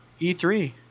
e3